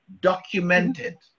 documented